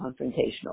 confrontational